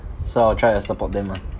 so I will try to support them ah